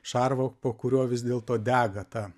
šarvu po kuriuo vis dėlto dega ta